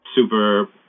Super